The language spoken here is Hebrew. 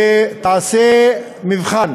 ותעשה מבחן